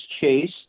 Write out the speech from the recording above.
chase